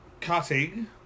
cutting